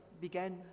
began